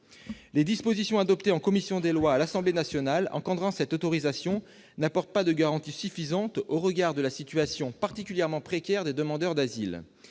Les dispositions adoptées en commission des lois à l'Assemblée nationale qui encadrent cette autorisation n'apportent pas de garanties suffisantes au regard de la situation particulièrement précaire des demandeurs d'asile.